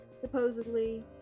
Supposedly